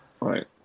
right